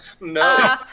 No